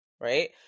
right